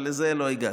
אבל לזה לא הגעתם.